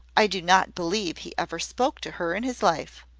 i do not believe he ever spoke to her in his life.